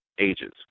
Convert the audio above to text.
ages